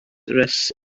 russ